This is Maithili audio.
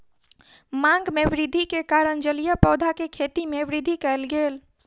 मांग में वृद्धि के कारण जलीय पौधा के खेती में वृद्धि कयल गेल